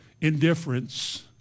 indifference